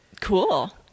Cool